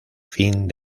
fin